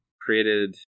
created